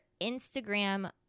Instagram